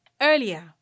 Earlier